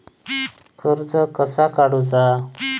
कर्ज कसा काडूचा?